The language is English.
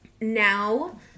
now